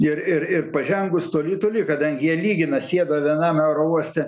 ir ir ir pažengus toli toli kadangi jie lygina sėdo vienam aerouoste